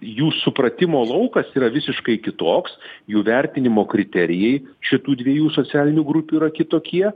jų supratimo laukas yra visiškai kitoks jų vertinimo kriterijai šitų dviejų socialinių grupių yra kitokie